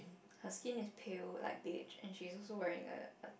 her skin is pale like beige and she is also wearing a a